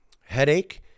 headache